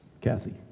Kathy